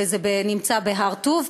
וזה נמצא בהר-טוב,